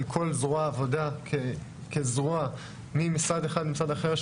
כל זרוע העבודה כזרוע ממשרד אחד למשרד אחר,